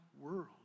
world